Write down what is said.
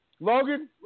Logan